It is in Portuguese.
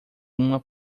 uma